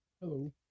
Hello